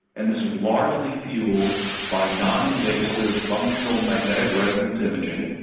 and this is largely fuelled by non-invasive functional magnetic resonance imaging,